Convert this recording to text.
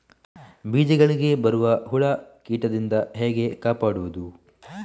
ಬೀಜಗಳಿಗೆ ಬರುವ ಹುಳ, ಕೀಟದಿಂದ ಹೇಗೆ ಕಾಪಾಡುವುದು?